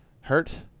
hurt